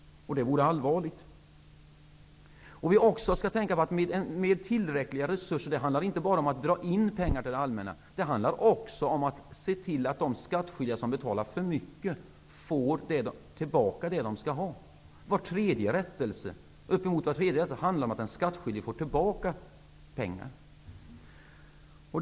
Det vore allvarligt. Vi skall också tänka på att tillräckliga resurser inte bara handlar om att dra in pengar till det allmänna. Det handlar också om att se till att de skattskyldiga som betalar för mycket får tillbaka vad de skall ha. Uppemot var tredje rättelse handlar om att den skattskyldige får tillbaka pengar.